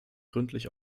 gründlich